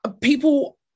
People